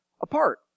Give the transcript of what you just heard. apart